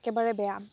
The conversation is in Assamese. একেবাৰে বেয়া